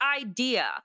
idea